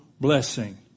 blessing